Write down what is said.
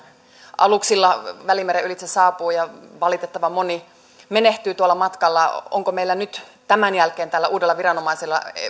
aluksilla välimeren ylitse saapuu ja valitettavan moni menehtyy tuolla matkalla onko nyt tämän jälkeen tällä uudella viranomaisella